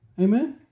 Amen